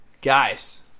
guys